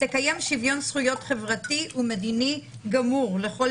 תקיים שוויון זכויות חברתי ומדיני גמור לכל